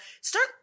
Start